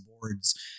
boards